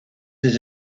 his